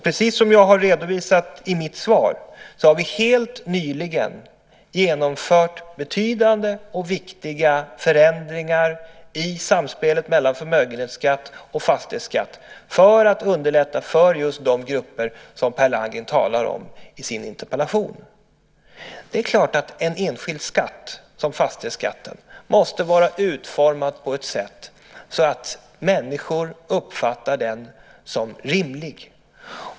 Precis som jag redovisat i mitt svar har vi helt nyligen genomfört betydande och viktiga förändringar i samspelet mellan förmögenhetsskatt och fastighetsskatt för att underlätta just för de grupper som Per Landgren talar om i sin interpellation. Det är klart att en enskild skatt som fastighetsskatten måste vara utformad på ett sådant sätt att människor uppfattar den som rimlig.